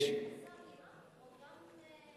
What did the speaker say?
זה משרה מלאה או גם,